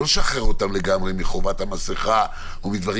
לא לשחרר אותם לגמרי מחובת המסכה או מדברים